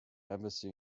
embassy